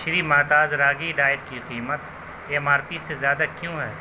شری Mata Ragi diet کی قیمت M R P سے زیادہ کیوں ہے